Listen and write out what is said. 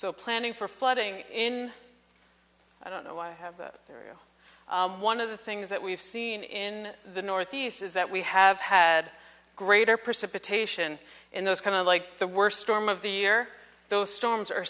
so planning for flooding in i don't know why have you one of the things that we've seen in the northeast is that we have had greater precipitation and those kind of like the worst storm of the year those storms